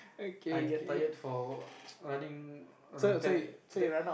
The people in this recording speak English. I get tired for running around ten ten